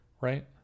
right